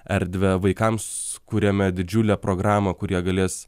erdvę vaikams kuriame didžiulę programą kur jie galės